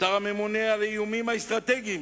השר הממונה על האיומים האסטרטגיים